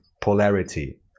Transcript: polarity